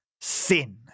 sin